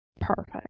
Perfect